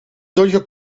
solcher